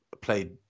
played